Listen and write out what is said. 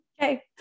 Okay